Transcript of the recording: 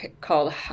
called